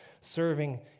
serving